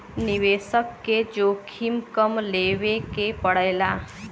निवेसक के जोखिम कम लेवे के पड़ेला